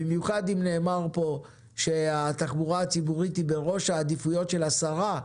במיוחד אם נאמר פה שהתחבורה הציבורית היא בראש סדר העדיפויות של השרה.